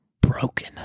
broken